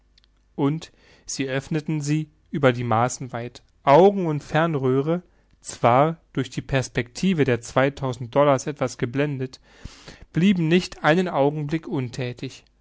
und sie öffneten sie über die maßen weit augen und fernröhre zwar durch die perspective der zweitausend dollars etwas geblendet blieben nicht einen augenblick unthätig